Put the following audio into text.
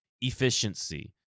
efficiency